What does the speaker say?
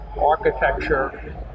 architecture